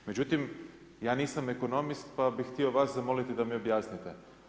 Međutim, ja nisam ekonomist, pa bih htio vas zamoliti da mi objasnite.